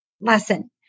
Lesson